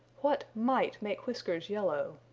what might make whiskers yellow?